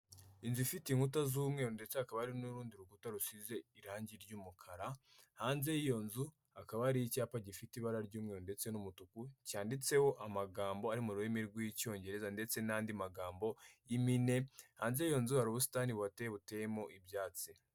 Inzu ifite inkuta z'umweru ndetse hakaba hari n'urundi rukuta rusize irangi ry'umukara, hanze y'iyo nzu hakaba ari icyapa gifite ibara ry'umweru ndetse n'umutuku, cyanditseho amagambo ari mu rurimi rw'Icyongereza ndetse n'andi magambo y'impine, hanze y'iyo nzu hari ubusitani buhateye buteyemo ibyatsi.